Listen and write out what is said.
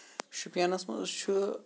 شُپینَس منٛز چھُ